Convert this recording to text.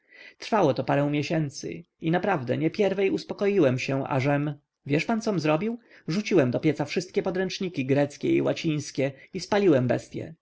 trwało to parę miesięcy i naprawdę niepierwiej uspokoiłem się ażem wiesz pan com zrobił rzuciłem do pieca wszystkie podręczniki greckie i łacińskie i spaliłem bestye